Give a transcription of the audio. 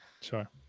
Sure